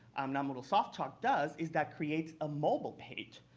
um now moodle softalk does is that creates a mobile page.